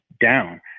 down